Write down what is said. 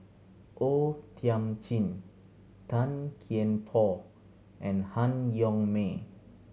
O Thiam Chin Tan Kian Por and Han Yong May